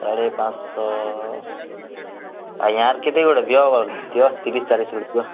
ସାଢ଼େ ପାଞ୍ଚଶହ ଆଜ୍ଞା କେତେ ଗୋଟେ ଦିଅ ଦିଅ ତିରିଶ୍ ଚାଳିଶ୍ ଗୋଟେ ଦିଅ